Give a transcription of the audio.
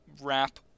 wrap